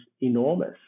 enormous